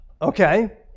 Okay